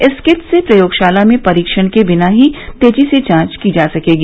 इस किट से प्रयोगशाला में परीक्षण के बिना ही तेजी से जांच की जा सकेगी